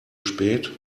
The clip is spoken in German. spät